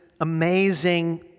amazing